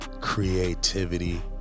creativity